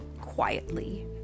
quietly